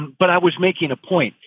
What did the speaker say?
but i was making a point.